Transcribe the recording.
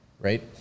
right